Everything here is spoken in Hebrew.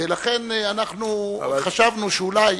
ולכן חשבנו שאולי